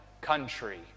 country